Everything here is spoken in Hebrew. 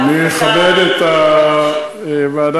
אני אכבד את הוועדה,